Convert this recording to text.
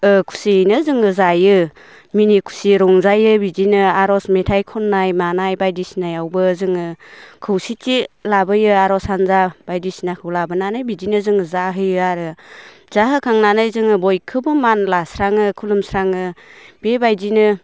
ओ खुसियैनो जोङो जायो मिनि खुसि रंजायो बिदिनो आर'ज मेथाइ खननाय मानाय बायदिसिनायावबो जोङो खौसेथि लाबोयो आर'ज हानजा बायदिसिनाखौ लाबोनानै बिदिनो जों जाहोयो आरो जाहोखांनानै जोङो बयखौबो मान लास्राङो खुलुमस्राङो बेबायदिनो